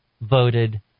voted